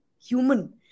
human